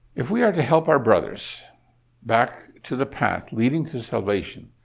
if we are to help our brothers back to the path leading to salvation,